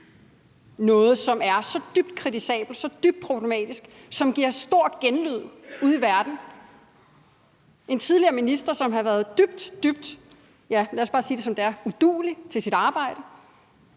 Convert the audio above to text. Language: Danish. noget, som er så dybt kritisabelt, så dybt problematisk, som giver stor genlyd ude i verden. En tidligere minister, som har været, dybt, dybt – lad os bare sige det, som det er – uduelig til sit arbejde,